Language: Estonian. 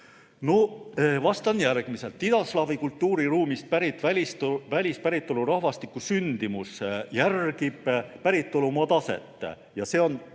Vastan järgmiselt. Idaslaavi kultuuriruumist pärit välispäritolu rahvastiku sündimus järgib päritolumaa taset ja see on